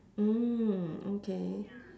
mm okay